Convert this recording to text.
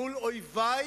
מול אויבי